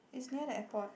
it's near the airport